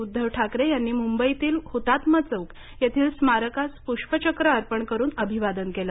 उद्धव ठाकरे यांनी मुंबईतील हुतात्मा चौक येथील स्मारकास पुष्पचक्र अर्पण करून अभिवादन केले